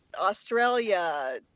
australia